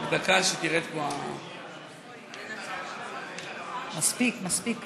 מספיק, מספיק.